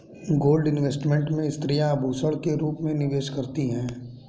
gold investment में स्त्रियां आभूषण के रूप में निवेश करती हैं